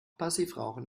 passivrauchen